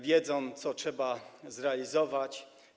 Wie, co trzeba zrealizować.